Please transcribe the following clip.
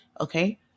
Okay